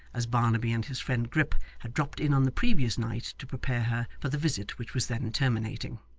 as barnaby and his friend grip had dropped in on the previous night to prepare her for the visit which was then terminating.